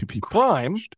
crime